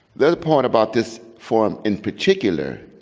the other part about this forum in particular